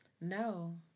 No